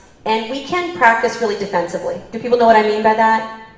and we can practice really defensively. do people know what i mean by that?